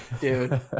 dude